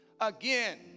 again